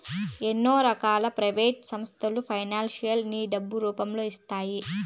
ఎన్నో రకాల ప్రైవేట్ సంస్థలు ఫైనాన్స్ ని డబ్బు రూపంలో ఇస్తాయి